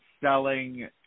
selling